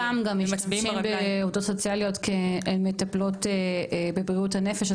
לא פעם גם משתמשים בעובדות סוציאליות כמטפלות בבריאות הנפש,